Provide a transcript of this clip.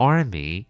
Army